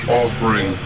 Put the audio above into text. offering